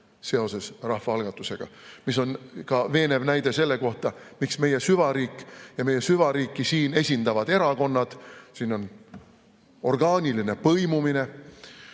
seoses rahvaalgatusega. See on ka veenev näide selle kohta, miks meie süvariik ja meie süvariiki siin esindavad erakonnad, kus on orgaaniline põimumine,